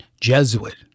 Jesuit